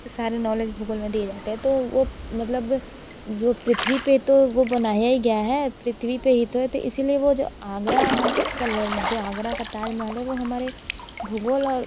के सारे नॉलेज भूगोल में दिए जाते है तो वो मतलब जो पृथ्वी पर तो वो बनाया ही गया है पृथ्वी पर ही तो है तो इसी लिए वो जो आगरा का जो आगरा का ताज महल है वो हमारे भूगोल और